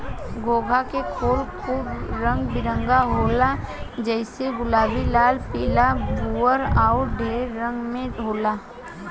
घोंघा के खोल खूब रंग बिरंग होला जइसे गुलाबी, लाल, पीला, भूअर अउर ढेर रंग में होला